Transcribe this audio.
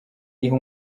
iha